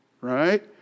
right